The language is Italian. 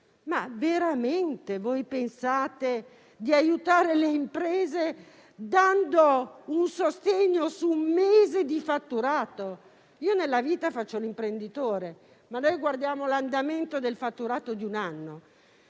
mese. Pensate veramente di aiutare le imprese dando il sostegno su un mese di fatturato? Nella vita faccio l'imprenditore, ma noi guardiamo all'andamento del fatturato di un anno.